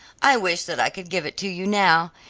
i wish that i could give it to you now.